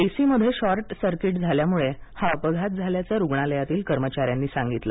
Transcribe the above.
एसीमध्ये short circuit झाल्यामुळे हा अपघात झाल्याचं रूग्णालयातील कर्मचाऱ्यांनी सांगितलं